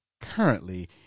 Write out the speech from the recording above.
Currently